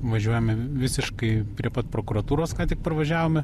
važiuojame visiškai prie pat prokuratūros ką tik pravažiavome